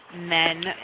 men